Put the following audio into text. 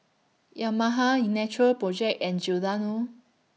Yamaha E Natural Project and Giordano